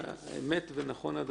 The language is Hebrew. אמת ונכון הדבר,